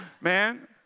man